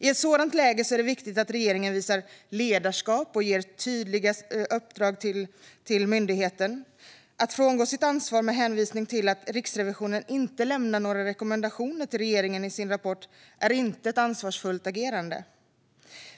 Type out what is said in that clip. I ett sådant läge är det viktigt att regeringen visar ledarskap och ger tydliga uppdrag till myndigheten. Att frångå sitt ansvar med hänvisning till att Riksrevisionen inte lämnar några rekommendationer till regeringen i sin rapport är inte ett ansvarsfullt agerande.